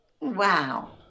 Wow